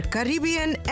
Caribbean